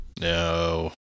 No